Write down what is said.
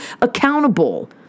accountable